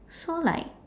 so like